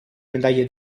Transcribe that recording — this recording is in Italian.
medaglie